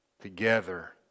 together